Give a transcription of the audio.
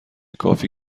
کافی